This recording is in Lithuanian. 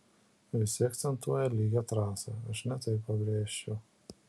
visi akcentuoja lygią trasą aš ne tai pabrėžčiau